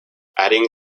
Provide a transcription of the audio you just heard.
adding